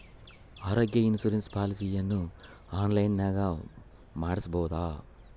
ಆರೋಗ್ಯ ಇನ್ಸುರೆನ್ಸ್ ಪಾಲಿಸಿಯನ್ನು ಆನ್ಲೈನಿನಾಗ ಮಾಡಿಸ್ಬೋದ?